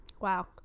wow